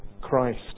Christ